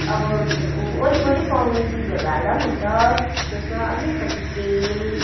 अब वरिपरि पाउने चिजहरू हाल्दा पनि हुन्छ त्यसमा अलिकति तेल